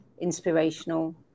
inspirational